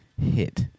hit